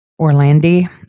Orlandi